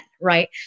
right